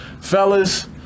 Fellas